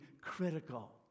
critical